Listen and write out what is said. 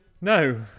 No